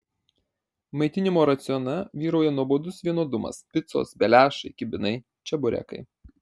maitinimo racione vyrauja nuobodus vienodumas picos beliašai kibinai čeburekai